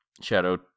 Shadow